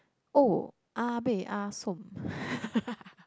oya-beh-ya-som